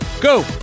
go